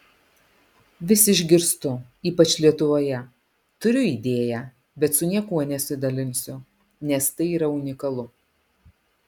vis išgirstu ypač lietuvoje turiu idėją bet su niekuo nesidalinsiu nes tai yra unikalu